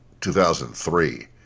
2003